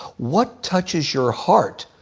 what touches your heart?